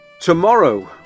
tomorrow